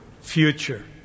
future